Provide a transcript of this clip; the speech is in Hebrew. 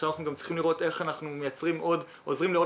אנחנו צריכים לראות איך אנחנו עוזרים לעוד